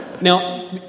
Now